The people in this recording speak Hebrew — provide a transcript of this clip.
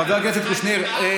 חבר הכנסת קושניר,